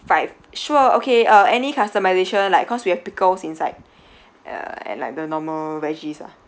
five sure okay uh any customisation like cause we have pickles inside uh and like the normal veggies ah